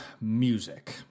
music